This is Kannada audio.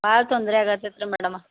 ಭಾಳ ತೊಂದರೆ ಆಗತೈತೆ ರೀ ಮೇಡಮ